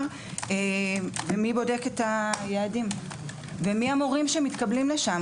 מי בודק את היעדים ומי המורים שמתקבלים לשם?